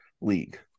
league